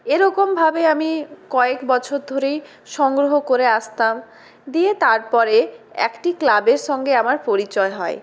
এইরকমভাবে আমি কয়েক বছর ধরেই সংগ্রহ করে আসতাম দিয়ে তারপরে একটি ক্লাবের সঙ্গে আমার পরিচয় হয়